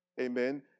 Amen